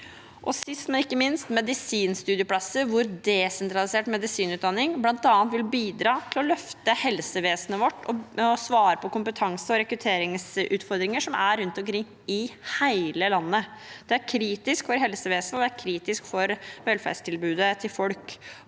medisinstudieplasser hvor desentralisert medisinutdanning bl.a. vil bidra til å løfte helsevesenet vårt og svare på kompetanse- og rekrutteringsutfordringer rundt omkring i hele landet. Det er kritisk for helsevesenet, og det er kritisk for